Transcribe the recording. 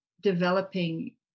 developing